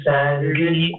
Saturday